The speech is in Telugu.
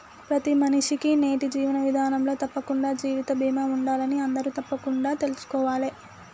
ప్రతి మనిషికీ నేటి జీవన విధానంలో తప్పకుండా జీవిత బీమా ఉండాలని అందరూ తప్పకుండా తెల్సుకోవాలే